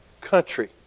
country